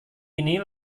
ini